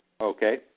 Okay